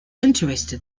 interested